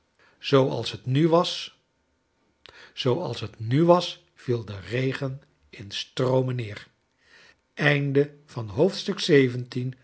zooals het nu was zooals het nu was viel de regen in stroomen neer hoofdstuk xviii